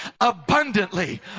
abundantly